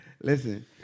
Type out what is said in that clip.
listen